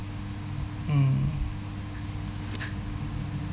mm